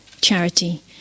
charity